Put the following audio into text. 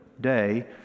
day